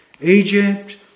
Egypt